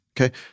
okay